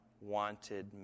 wanted